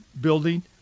Building